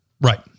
Right